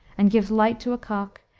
and gives light to a cock,